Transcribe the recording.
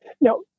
now